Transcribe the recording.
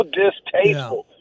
distasteful